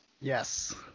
Yes